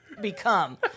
become